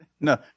No